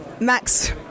Max